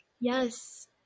yes